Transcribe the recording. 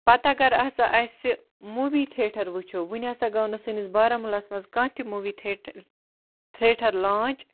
پَتہٕ اگر آسہِ اَسہِ مووی تھیٹر وٕچھو وٕنہِ ہَسا گوٚو نہٕ سٲنِس بارہمُلاہَس مَنٛز کانٛہہ تہِ مووی تھیٹر تھیٹر لانٛچ